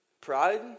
pride